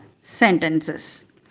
sentences